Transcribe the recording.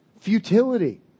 futility